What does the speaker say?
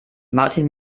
martin